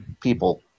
people